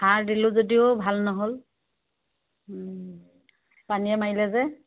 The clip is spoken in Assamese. সাৰ দিলোঁ যদিও ভাল নহ'ল পানীয়ে মাৰিলে যে